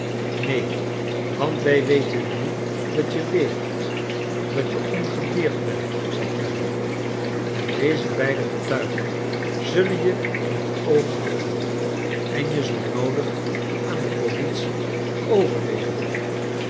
neen want wij weten nu dat je leeft dat je ongedeerd bent zei clennam en deze beide getuigen zullen je in het oog houden en je zoo noodig aan de politic overleverem